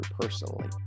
personally